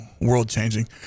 world-changing